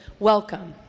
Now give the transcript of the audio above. welcome.